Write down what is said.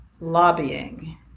lobbying